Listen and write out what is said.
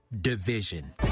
division